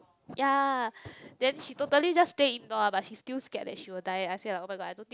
ya then she totally just stay indoor but she still scared that she will die I said oh-my-god I don't think